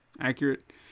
accurate